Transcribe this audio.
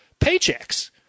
paychecks